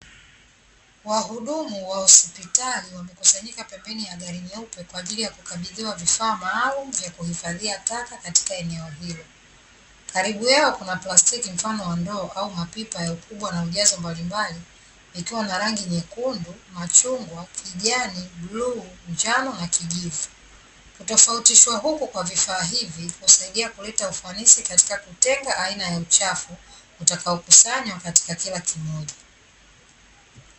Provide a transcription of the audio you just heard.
Wahudumu wa hospitali wamekusanyika pembeni ya gari nyeupe kwaajili ya kukabidhiwa vifaa maalumu vya kuhifadhia taka katika eneo hilo, karibu yao kuna plastiki mfano wa ndoo au mapipa ya ukubwa na ujazo mbalimbali yakiwa na rangi nyekundu, machungwa, kijani, bluu, njano na kijivu. Kutofautishwa huku kwa vifaa hivi husaidia kuleta ufanisi katika kutenga aina ya uchafu utakaokusanywa katika kila kimoja.